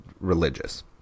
religious